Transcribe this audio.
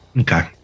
Okay